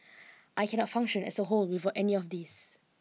I cannot function as a whole without any of these